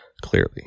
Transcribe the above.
Clearly